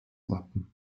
wappen